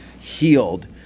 healed